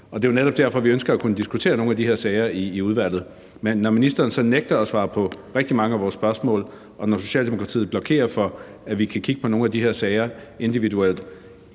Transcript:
og det er netop derfor, vi ønsker at kunne diskutere nogle af de her sager i udvalget. Men når ministeren så nægter at svare på rigtig mange af vores spørgsmål, og når Socialdemokratiet blokerer for, at vi kan kigge på nogle af de her sager individuelt,